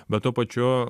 bet tuo pačiu